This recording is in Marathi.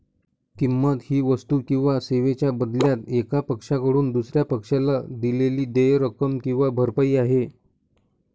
किंमत ही वस्तू किंवा सेवांच्या बदल्यात एका पक्षाकडून दुसर्या पक्षाला दिलेली देय रक्कम किंवा भरपाई आहे